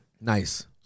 Nice